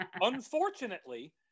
unfortunately